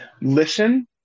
Listen